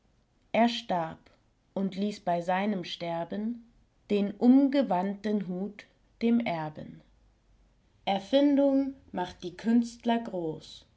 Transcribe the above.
er starb und ließ bei seinem sterben den umgewandten hut dem erben erfindung macht die künstler groß